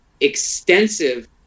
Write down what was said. extensive